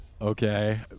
Okay